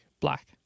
black